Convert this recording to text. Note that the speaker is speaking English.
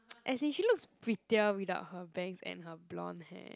as in she looks prettier without her bangs and her blonde hair